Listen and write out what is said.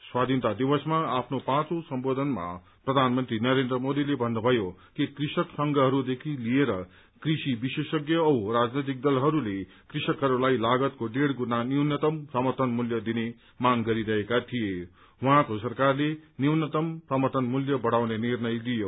स्वाधीनता दिवसमा आफ्नो पाँचौ सम्बोधनमा प्रधानमन्त्री नरेन्द्र मोदीले भन्नुभयो कि कृषक संघहरूदेखि लिएर कृशि विशेषज्ञ औ राजनेतिक दलहरूले कृषकहरूलाई लागतको डेढ़ गुणा न्यूनतम समर्थन मूल्य दिने माग गरिरहेका थिए उहाँको सरकारले न्यूनतम समर्थन मूल्य बढ़ाउने निर्णय लियो